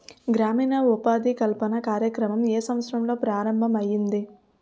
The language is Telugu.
గ్రామీణ ఉపాధి కల్పన కార్యక్రమం ఏ సంవత్సరంలో ప్రారంభం ఐయ్యింది?